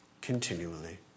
continually